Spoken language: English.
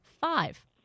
five